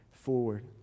forward